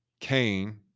Cain